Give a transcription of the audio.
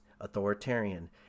authoritarian